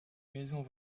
maisons